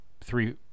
three